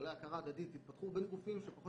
כללי הכרה הדדית התפתחו בין גופים שהם פחות